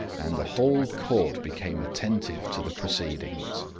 and the whole court became attentive to the proceedings.